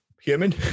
human